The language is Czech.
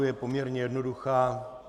Je poměrně jednoduchá.